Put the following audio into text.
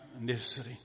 necessary